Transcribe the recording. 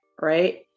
right